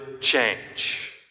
change